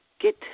get